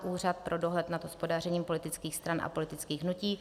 Úřad pro dohled nad hospodařením politických stran a politických hnutí